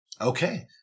Okay